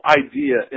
idea